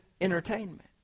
entertainment